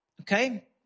Okay